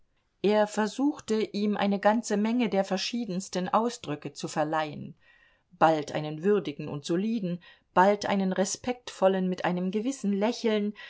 er versuchte ihm eine ganze menge der verschiedensten ausdrücke zu verleihen bald einen würdigen und soliden bald einen respektvollen mit einem gewissen lächeln